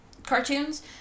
Cartoons